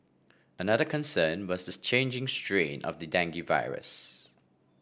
another concern was the changing strain of the dengue virus